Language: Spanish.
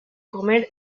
comer